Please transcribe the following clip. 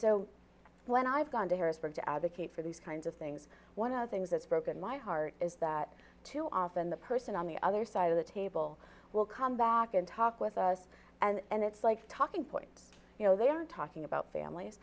so when i've gone to harrisburg to advocate for these kinds of things one of the things that's broken my heart is that too often the person on the other side of the table will come back and talk with us and it's like talking point you know they are talking about